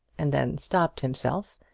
and then stopped himself,